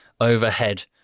overhead